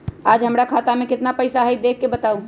आज हमरा खाता में केतना पैसा हई देख के बताउ?